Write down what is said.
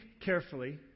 carefully